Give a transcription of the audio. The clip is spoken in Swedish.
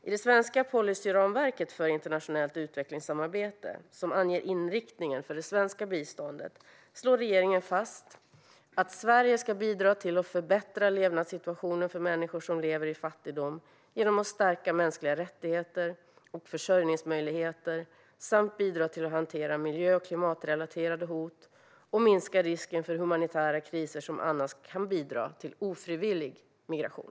I det svenska policyramverket för internationellt utvecklingssamarbete, som anger inriktningen för det svenska biståndet, slår regeringen fast att Sverige ska bidra till att förbättra levnadssituationen för människor som lever i fattigdom genom att stärka mänskliga rättigheter och försörjningsmöjligheter samt bidra till att hantera miljö och klimatrelaterade hot och minska risken för humanitära kriser som annars kan bidra till ofrivillig migration.